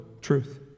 truth